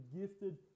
gifted